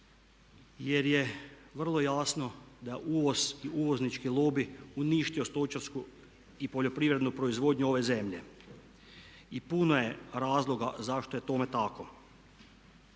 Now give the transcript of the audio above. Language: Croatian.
jer je vrlo jasno da je uvoz i uvoznički lobij uništio stočarsku i poljoprivrednu proizvodnju ove zemlje. I puno je razloga zašto je tome tako.